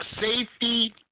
safety